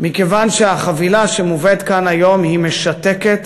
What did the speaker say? מכיוון שהחבילה שמובאת כאן היום משתקת